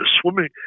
swimming